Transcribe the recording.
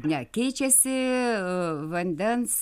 ne keičiasi vandens